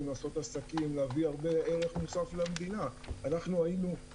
העסק שלנו בנוי על